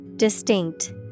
Distinct